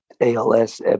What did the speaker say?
ALS